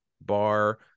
Bar